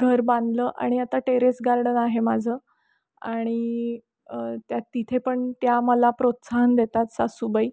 घर बांधलं आणि आता टेरेस गार्डन आहे माझं आणि त्या तिथे पण त्या मला प्रोत्साहन देतात सासूबाई